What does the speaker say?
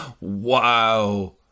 Wow